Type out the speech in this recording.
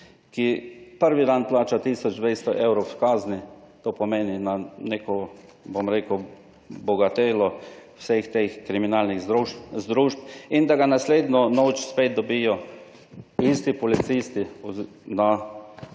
ki prvi dan plača tisoč 200 evrov kazni, to pomeni na neko, bom rekel, bogatelo vseh teh kriminalnih združb in da ga naslednjo noč spet dobijo isti policisti na,